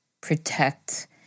protect